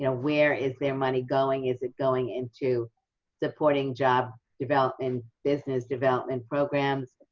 you know where is their money going? is it going into supporting job development, and business development programs?